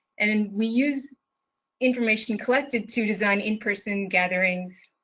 and we use information collected to design in-person gatherings,